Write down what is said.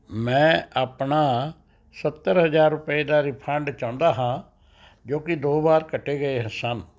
ਮੈਂ ਆਪਣਾ ਸੱਤਰ ਹਜ਼ਾਰ ਰੁਪਏ ਦਾ ਰਿਫੰਡ ਚਾਹੁੰਦਾ ਹਾਂ ਜੋ ਕਿ ਦੋ ਵਾਰ ਕਟੇ ਗਏ ਸਨ